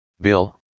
Bill